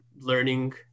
learning